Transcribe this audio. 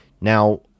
Now